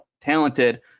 talented